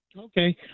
Okay